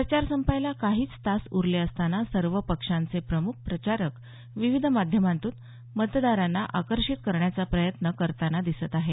प्रचार संपायला काही तास उरले असताना सर्वच पक्षांचे प्रमुख प्रचारक विविध माध्यमातून मतदारांना आकर्षित करण्याचा प्रयत्न करत आहेत